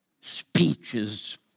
speeches